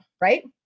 right